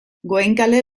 goenkale